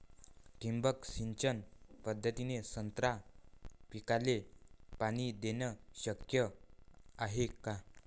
ठिबक सिंचन पद्धतीने संत्रा पिकाले पाणी देणे शक्य हाये का?